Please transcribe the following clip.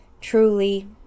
truly